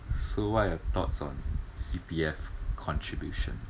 so what are your thoughts on C_P_F contribution